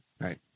Right